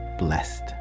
blessed